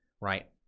right